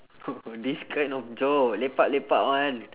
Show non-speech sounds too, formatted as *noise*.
*noise* this kind of job lepak lepak [one]